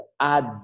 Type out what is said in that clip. add